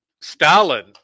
Stalin